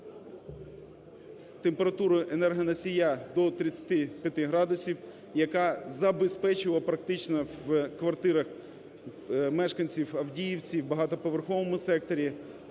температуру енергоносія до 35 градусів, яка забезпечила практично в квартирах мешканців Авдіївки, в багатоповерховому секторі